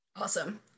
Awesome